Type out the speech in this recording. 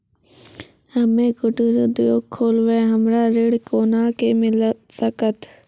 हम्मे कुटीर उद्योग खोलबै हमरा ऋण कोना के मिल सकत?